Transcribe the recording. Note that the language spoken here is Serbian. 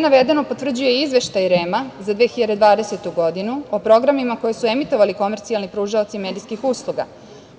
navedeno potvrđuje i Izveštaj REM-a za 2020. godinu o programima koje su emitovali komercijalni pružaoci medijskih usluga.